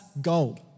gold